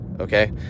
okay